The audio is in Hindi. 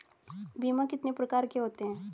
बीमा कितने प्रकार के होते हैं?